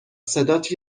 صدات